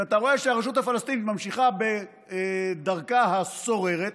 כשאתה רואה שהרשות הפלסטינית ממשיכה בדרכה הסוררת,